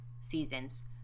seasons